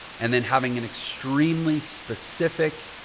and then having an extremely specific,